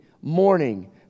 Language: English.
morning